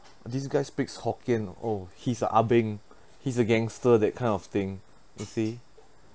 this guy speaks hokkien oh he's ah beng he's a gangster that kind of thing you see